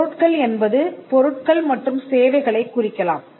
பொருட்கள் என்பது பொருட்கள் மற்றும் சேவைகளைக் குறிக்கலாம்